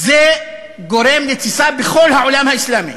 זה גורם לתסיסה בכל העולם האסלאמי,